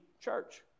church